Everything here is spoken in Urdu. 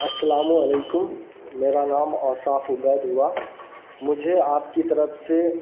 السلام علیکم میرا نام اوصاف عبید ہوا مجھے آپ کی طرف سے